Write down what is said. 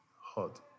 hot